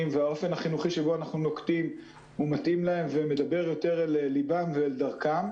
והאופן החינוכי שאנחנו נוקטים מתאים להם ומדבר יותר ללבם ולדרכם.